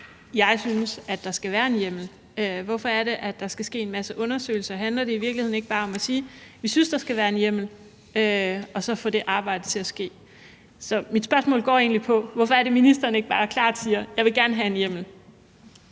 Jeg synes, at der skal være en hjemmel? Hvorfor skal der laves en masse undersøgelser? Handler det i virkeligheden ikke bare om at sige, at vi synes, at der skal være en hjemmel – og så få det arbejde til at ske? Så mit spørgsmål går egentlig på, hvorfor ministeren ikke bare klart siger: Jeg vil gerne have en hjemmel?